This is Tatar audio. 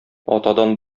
атадан